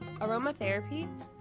aromatherapy